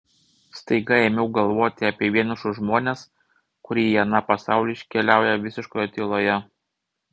staiga ėmiau galvoti apie vienišus žmones kurie į aną pasaulį iškeliauja visiškoje tyloje